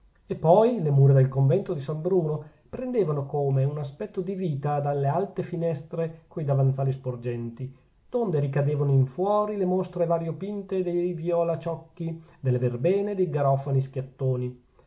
e poi le mura del convento di san bruno prendevano come un aspetto di vita dalle alte finestre coi davanzali sporgenti donde ricadevano in fuori le mostre variopinte dei violaciocchi delle verbene e dei garofani schiattoni